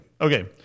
okay